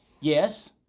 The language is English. yes